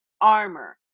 armor